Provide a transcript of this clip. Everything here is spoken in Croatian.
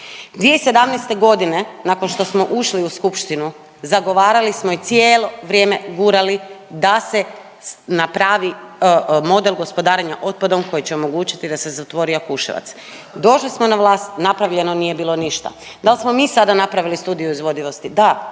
2017. godine nakon što smo ušli u Skupštinu zagovarali smo i cijelo vrijeme gurali da se napravi model gospodarenja otpadom koji će omogućiti da se zatvori Jakuševac. Došli smo na vlast napravljeno nije bilo ništa. Dal smo mi sada napravili studiju izvodivosti, da.